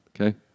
Okay